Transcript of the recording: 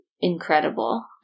incredible